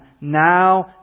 now